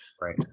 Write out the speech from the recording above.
Right